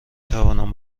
توانم